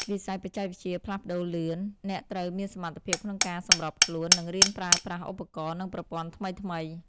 វិស័យបច្ចេកវិទ្យាផ្លាស់ប្តូរលឿន អ្នកត្រូវមានសមត្ថភាពក្នុងការសម្របខ្លួន និងរៀនប្រើប្រាស់ឧបករណ៍ និងប្រព័ន្ធថ្មីៗ។